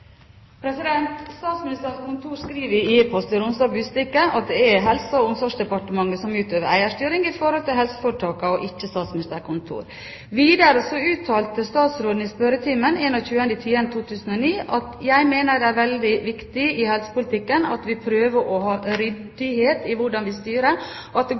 Statsministerens kontor skriver i e-post til Romsdals Budstikke at det er Helse- og omsorgsdepartementet som utøver eierstyring av helseforetakene, og ikke Statsministerens kontor. Statsministeren uttalte i spørretimen den 21. oktober 2009 at han mener det er veldig viktig i helsepolitikken at vi prøver å ha ryddighet i hvordan vi styrer, at